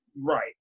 Right